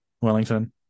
Wellington